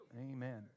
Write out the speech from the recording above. Amen